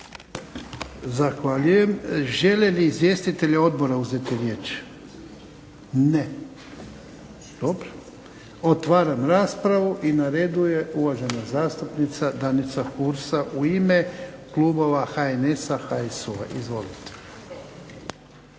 Zahvaljujem. Žele li izvjestitelji odbora uzeti riječ? Ne, dobro. Otvaram raspravu. Na redu je uvažena zastupnica Danica Hursa u ime kluba HNS-HSU-a. Izvolite.